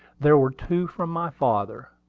there were two from my father.